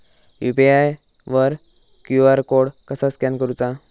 UPI वर QR code कसा scan करूचा?